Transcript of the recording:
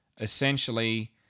essentially